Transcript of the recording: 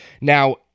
Now